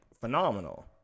phenomenal